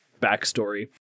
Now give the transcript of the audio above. backstory